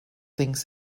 things